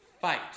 fight